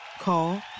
Call